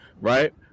right